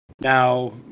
Now